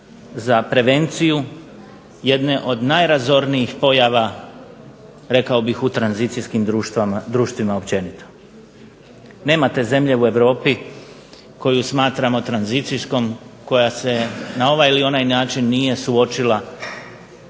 za prevenciju jedne od najrazornijih pojava rekao bih u tranzicijskim društvima općenito. Nema te zemlje u Europi koju smatramo tranzicijskom, koja se na ovaj ili onaj način nije suočila